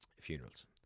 funerals